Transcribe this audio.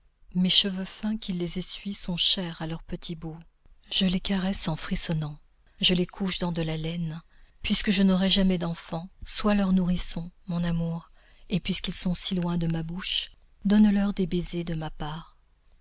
mes cheveux fins qui les essuient sont chers à leurs petits bouts je les caresse en frissonnant je les couche dans de la laine puisque je n'aurai jamais d'enfants sois leur nourrisson mon amour et puisqu'ils sont si loin de ma bouche donne-leur des baisers de ma part